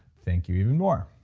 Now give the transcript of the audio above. thank you even more